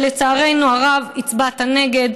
ולצערנו הרב הצבעת נגד.